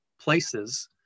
places